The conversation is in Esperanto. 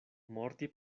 morti